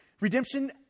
Redemption